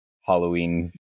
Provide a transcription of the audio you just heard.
halloween